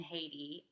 Haiti